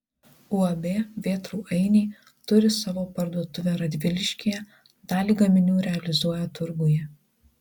uab vėtrų ainiai turi savo parduotuvę radviliškyje dalį gaminių realizuoja turguje